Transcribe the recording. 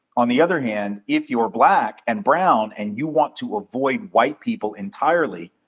on the other hand, if you're black and brown and you want to avoid white people entirely,